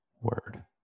word